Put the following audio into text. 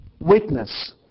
witness